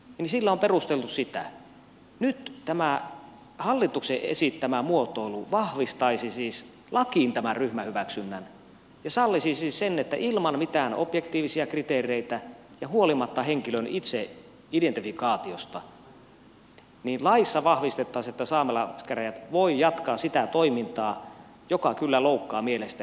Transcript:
nyt tämä hallituksen esittämä muotoilu vahvistaisi siis lakiin tämän ryhmähyväksynnän ja sallisi siis sen että ilman mitään objektiivisia kriteereitä ja huolimatta henkilön itseidentifikaatiosta laissa vahvistettaisiin että saamelaiskäräjät voi jatkaa sitä toimintaa joka kyllä loukkaa mielestäni ihmisoikeuksia